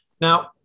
Now